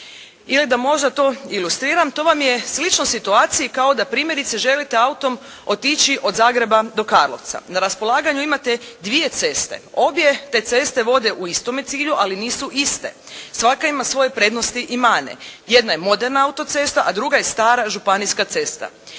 Ili da možda to ilustriram. To vam je slično situaciji kao da primjerice želite autom otići od Zagreba do Karlovca. Na raspolaganju imate dvije ceste. Obje te ceste vode u istome cilju, ali nisu iste. Svaka ima svoje prednosti i mane. Jedna je moderna autocesta, a druga je stara županijska cesta.